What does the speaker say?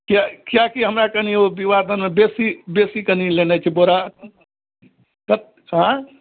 किएक कियाकि हमरा कनि ओ विवाहदानमे बेसी बेसी कनि लेनाइ छै बोरा कतेक अँइ